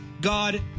God